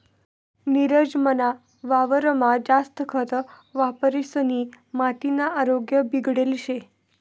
नीरज मना वावरमा जास्त खत वापरिसनी मातीना आरोग्य बिगडेल शे